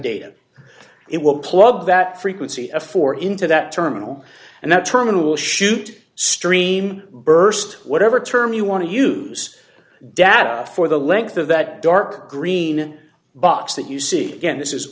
data it will plug that frequency a four into that terminal and that terminal will shoot stream burst whatever term you want to use data for the length of that dark green box that you see again this is